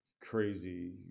crazy